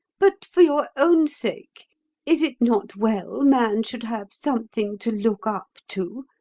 but for your own sake is it not well man should have something to look up to,